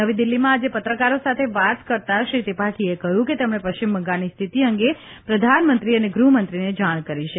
નવી દીલ્હીમાં આજે પત્રકારો સાથે વાત કરતાં શ્રી ત્રિપાઠીએ કહ્યું કે તેમણે પશ્ચિમ બંગાળની સ્થિતિ અંગે પ્રધાનમંત્રી અને ગૃહમંત્રીને જાણ કરી છે